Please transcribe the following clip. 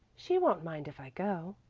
she won't mind if i go,